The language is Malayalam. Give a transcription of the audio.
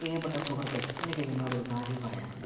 പ്രിയപ്പെട്ട സുഹൃത്തേ എനിക്ക് നിന്നോടൊരു കാര്യം പറയാനുണ്ട്